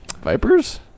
Vipers